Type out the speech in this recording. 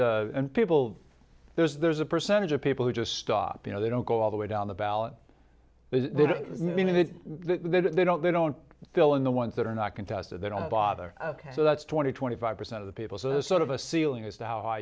bit and people there's there's a percentage of people who just stop you know they don't go all the way down the ballot the minute they don't they don't fill in the ones that are not contested they don't bother ok so that's twenty twenty five percent of the people so there's sort of a ceiling as to how h